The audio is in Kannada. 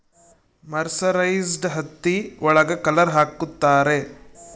ಮರ್ಸರೈಸ್ಡ್ ಹತ್ತಿ ಒಳಗ ಕಲರ್ ಹಾಕುತ್ತಾರೆ